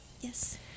yes